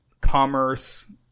commerce